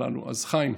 אז חיים,